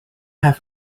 have